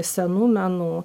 senu menu